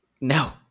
No